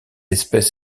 espèce